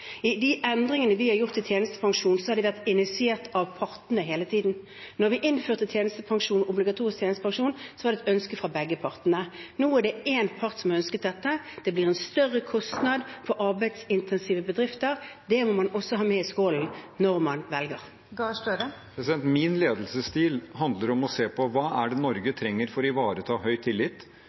De endringene vi har gjort i tjenestepensjonen, har vært initiert av partene hele tiden. Da vi innførte obligatorisk tjenestepensjon, var det et ønske fra begge partene. Nå er det én part som ønsker dette. Det blir en større kostnad for arbeidsintensive bedrifter. Det må man også ha med i skålen når man veier. Min ledelsesstil handler om å se på hva det er Norge trenger for å ivareta høy tillit